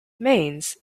mains